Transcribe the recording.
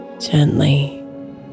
Gently